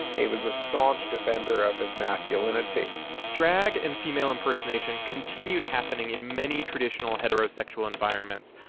it was a staunch defender of his masculinity drag and female impersonation continued happening in many traditional heterosexual environments.